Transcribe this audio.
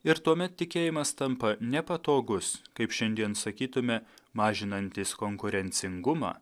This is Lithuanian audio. ir tuomet tikėjimas tampa nepatogus kaip šiandien sakytume mažinantys konkurencingumą